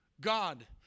God